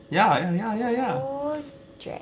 ya ya ya ya ya